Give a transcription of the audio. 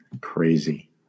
Crazy